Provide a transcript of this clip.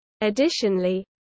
Additionally